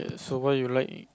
so what you like